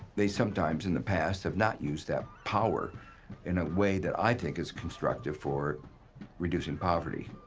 they sometimes in the past have not used that power in a way that i think is constructive for reducing poverty.